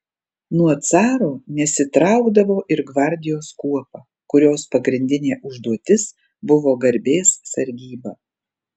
nuo caro nesitraukdavo ir gvardijos kuopa kurios pagrindinė užduotis buvo garbės sargyba